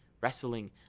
wrestling